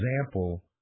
example